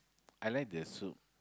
I like their soup